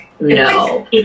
no